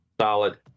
Solid